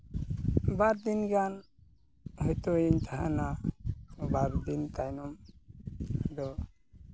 ᱵᱟᱨ ᱫᱤᱱ ᱜᱟᱱ ᱦᱳᱭᱛᱳ ᱤᱧ ᱛᱟᱦᱮᱱᱟ ᱵᱟᱨ ᱫᱤᱱ ᱛᱟᱭᱱᱚᱢ ᱫᱚ